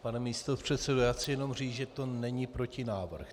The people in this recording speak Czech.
Pane místopředsedo, já chci jenom říct, že to není protinávrh.